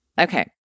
Okay